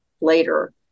later